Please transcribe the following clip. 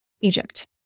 egypt